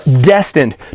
destined